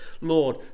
Lord